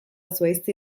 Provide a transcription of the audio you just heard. zuhaizti